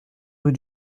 rue